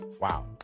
Wow